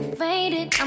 faded